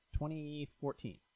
2014